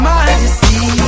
Majesty